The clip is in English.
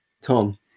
Tom